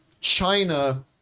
China